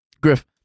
Griff